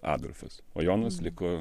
adolfas o jonas liko